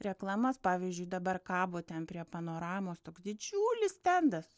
reklamas pavyzdžiui dabar kabo ten prie panoramos toks didžiulis stendas